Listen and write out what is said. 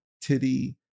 titty